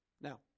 Now